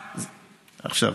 מה עם, עכשיו,